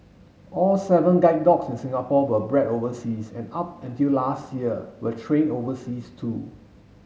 all seven guide dogs in Singapore were bred overseas and up until last year were trained overseas too